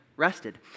rested